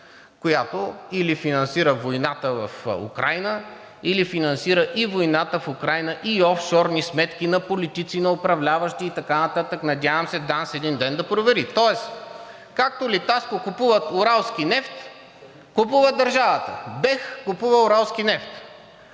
която или финансира войната в Украйна, или финансира и войната в Украйна, и офшорни сметки на политици, на управляващи и така нататък. Надявам се ДАНС един ден да провери. Тоест както „Литаско“ купува уралски нефт, купува държавата – БЕХ купува уралски нефт.